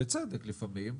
בצדק לפעמים,